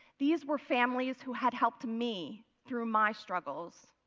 these were families who had helped me through my struggles.